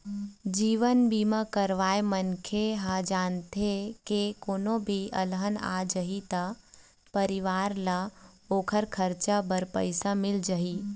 जीवन बीमा करवाए मनखे ह जानथे के कोनो भी अलहन आ जाही त परिवार ल ओखर खरचा बर पइसा मिल जाही